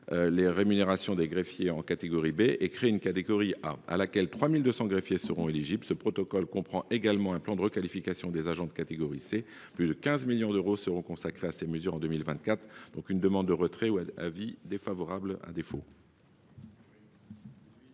les rémunérations des greffiers en catégorie B et créer une catégorie A, à laquelle 3 200 greffiers seront éligibles. Ce protocole comprend également un plan de requalification des agents de catégorie C. Plus de 15 millions d’euros seront consacrés à ces mesures en 2024. La commission demande donc le retrait de cet amendement ; à défaut,